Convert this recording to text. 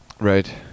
Right